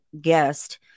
guest